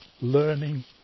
learning